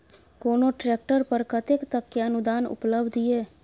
कोनो ट्रैक्टर पर कतेक तक के अनुदान उपलब्ध ये?